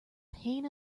pain